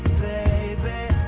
baby